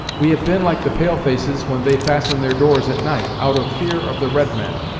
we have been like the pale-faces when they fasten their doors at night, out of fear of the red men.